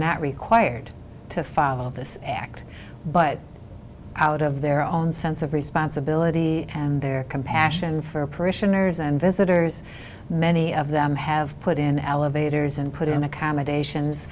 not required to follow this act but out of their own sense of responsibility and their compassion for parishioners and visitors many of them have put in elevators and put in accommodations